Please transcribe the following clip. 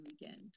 weekend